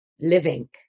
living